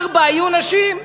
ארבע יהיו נשים.